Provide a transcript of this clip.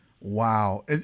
Wow